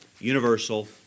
universal